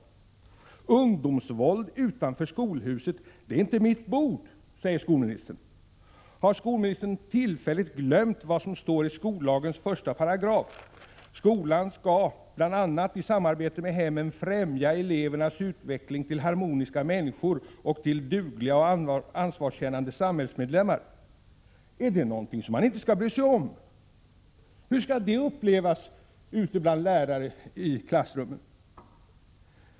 Ungdomsvåld utanför skolhuset är inte mitt bord, säger skolministern. Har skolministern tillfälligt glömt vad som står i skollagens 1 §, att skolan skall bl.a. i samarbete med hemmen främja elevernas utveckling till harmoniska människor och till dugliga och ansvarskännande samhällsmedlemmar? Är det någonting som man inte skall bry sig om? Hur skall detta upplevas bland lärare i klassrummen?